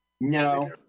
No